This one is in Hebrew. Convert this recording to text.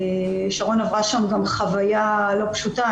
שרון עברה שם גם חוויה לא פשוטה.